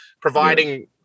providing